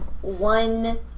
one